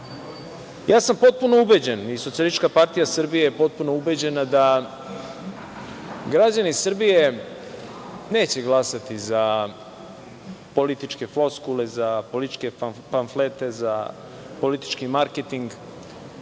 sam ubeđen i Socijalistička partija Srbije je potpuno ubeđena da građani Srbije neće glasati za političke floskule, političke pamflete, za politički marketing,